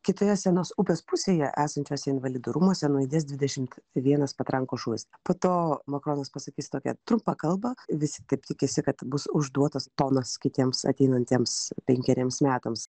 kitoje senos upės pusėje esančiuose invalidų rūmuose nuaidės dvidešimt vienas patrankos šūvis po to makronas pasakys tokią trumpą kalbą visi taip tikisi kad bus užduotas tonas kitiems ateinantiems penkeriems metams